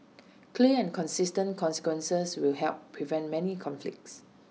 clear and consistent consequences will help prevent many conflicts